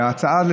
וההצעה,